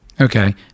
Okay